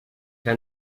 que